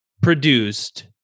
produced